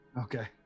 Okay